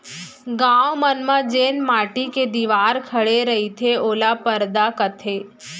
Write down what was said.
गॉंव मन म जेन माटी के दिवार खड़े रईथे ओला परदा कथें